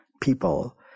people